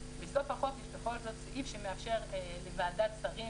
בסוף החוק יש בכל זאת סעיף שמאפשר לוועדת שרים